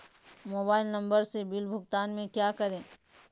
Mobile number से bill भुगतान में क्या करें?